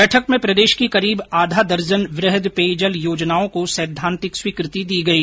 बैठक में प्रदेश की करीब आधा दर्जन वृहद पेयजल योजनाओं को सैद्वांतिक स्वीकृति दी गई